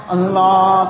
Allah